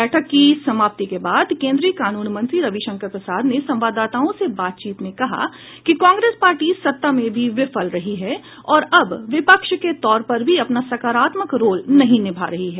बैठक की समाप्ति के बाद केंद्रीय कानून मंत्री रविशंकर प्रसाद ने संवाददाताओं से बातचीत में कहा कि कांग्रेस पार्टी सत्ता में भी विफल रही है और अब विपक्ष के तौर पर भी अपना सकारात्मक रोल नहीं निभा रही है